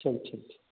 ଠିକ୍ ଠିକ୍